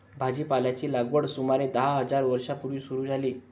भाजीपाल्याची लागवड सुमारे दहा हजार वर्षां पूर्वी सुरू झाली